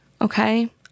Okay